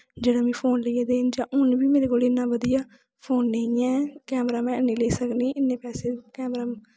जेह्ड़ा मिगी फोन लेइयै देन जां हून बी मेरे कोल इन्ना बधिया फोन नेईं ऐ कैमरा में हैन्नी लेई सकनीं इन्ने पैसे